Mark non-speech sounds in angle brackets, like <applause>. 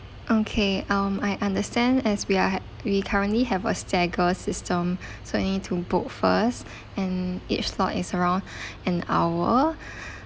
okay um I understand as we are ha~ we currently have a stagger system <breath> so you need to book first <breath> and each slot is around <breath> an hour <breath>